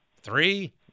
Three